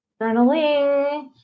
Journaling